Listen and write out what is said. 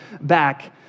back